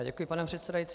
Děkuji, pane předsedající.